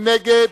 מי נגד?